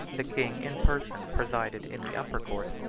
the king, in person, presided in the upper court,